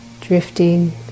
drifting